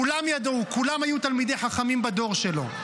כולם ידעו, כולם היו תלמידי חכמים בדור שלו.